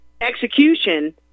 execution